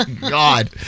god